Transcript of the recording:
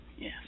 Yes